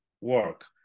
work